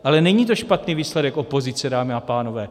Ale není to špatný výsledek opozice, dámy a pánové.